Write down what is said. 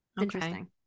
Interesting